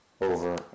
over